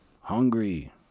hungry